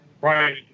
Right